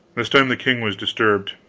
this time the king was disturbed.